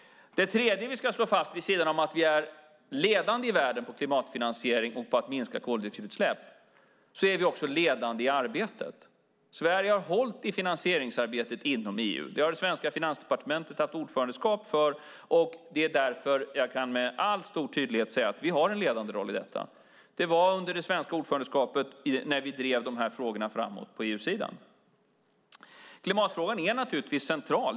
Det tredje vi ska slå fast vid sidan av att vi är ledande i världen när det gäller klimatfinansiering och att minska koldioxidutsläpp är att vi också är ledande i arbetet. Sverige har hållit i finansieringsarbetet inom EU. Där har det svenska Finansdepartementet haft ordförandeskapet. Det är därför jag med stor tydlighet kan säga att vi har en ledande roll i detta. Det var under det svenska ordförandeskapet vi drev de här frågorna framåt på EU-sidan. Klimatfrågan är naturligtvis central.